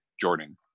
Jordan